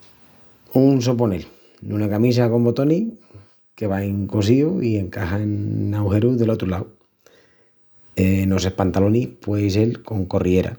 Un soponel, nuna camisa con botonis que vain cosíus i encaxan n’aujerus del otru lau. Enos espantalonis puei sel con corriera.